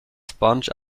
sponge